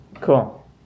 cool